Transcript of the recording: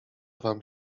wam